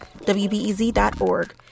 WBEZ.org